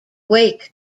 wake